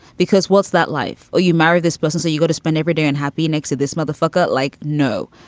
because. what's that? life. oh, you married this person. so you got to spend every day and happy next to this mother fucker like no.